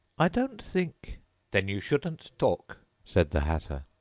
i don't think then you shouldn't talk said the hatter.